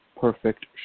Perfect